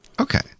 Okay